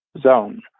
zone